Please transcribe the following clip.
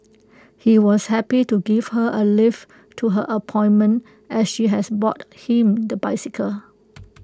he was happy to give her A lift to her appointment as she has bought him the motorcycle